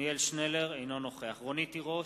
אינו נוכח רונית תירוש,